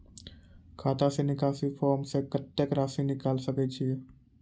खाता से निकासी फॉर्म से कत्तेक रासि निकाल सकै छिये?